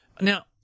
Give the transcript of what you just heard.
now